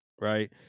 right